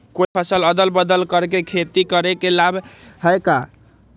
कोई फसल अदल बदल कर के खेती करे से लाभ है का?